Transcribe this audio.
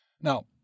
Now